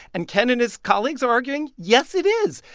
and ken and his colleagues are arguing, yes, it is.